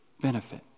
benefit